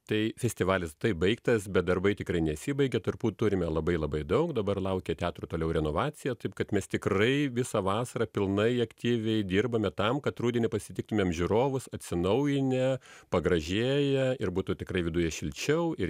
tai festivalis tai baigtas bet darbai tikrai nesibaigia turbūt turime labai labai daug dabar laukia teatro toliau renovacija taip kad mes tikrai visą vasarą pilnai aktyviai dirbame tam kad rudenį pasitiktumėm žiūrovus atsinaujinę pagražėję ir būtų tikrai viduje šilčiau ir